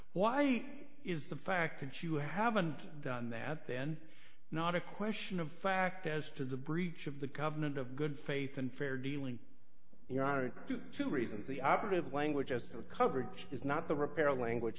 why is the fact that you haven't done that then not a question of fact as to the breach of the covenant of good faith and fair dealing here are two reasons the operative language as a coverage is not the repair language